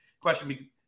question